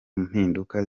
mpinduka